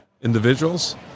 individuals